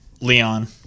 Leon